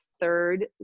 third